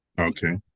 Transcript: Okay